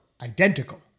identical